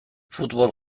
futbol